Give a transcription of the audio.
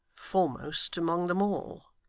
foremost among them all